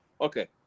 Okay